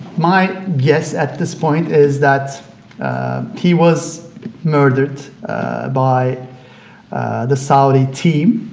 my guess at this point is that he was murdered by the saudi team,